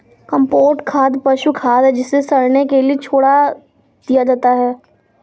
compost खाद पशु खाद है जिसे सड़ने के लिए छोड़ दिया जाता है